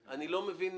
אני לא מבין